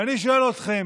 ואני שואל אתכם: